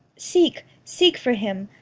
seek, seek for him!